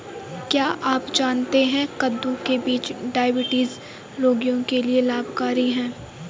क्या आप जानते है कद्दू के बीज डायबिटीज रोगियों के लिए लाभकारी है?